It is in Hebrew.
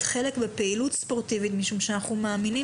חלק בפעילות ספורטיבית משום שאנחנו מאמינים